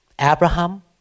Abraham